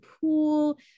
pool